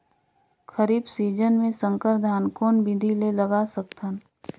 खरीफ season मे संकर धान कोन विधि ले लगा सकथन?